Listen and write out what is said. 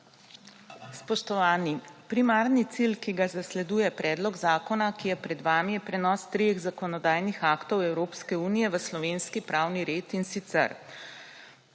Spoštovani! Primarni cilj, ki ga zasleduje predlog zakona, ki je pred vami, je prenos treh zakonodajnih aktov Evropske unije v slovenski pravni red, in sicer